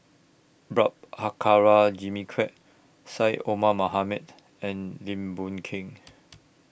Prabhakara Jimmy Quek Syed Omar Mohamed and Lim Boon Keng